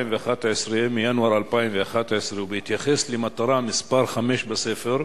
מינואר 2011 ובהתייחס למטרה מס' 5 בספר: